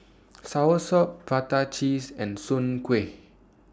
Soursop Prata Cheese and Soon Kuih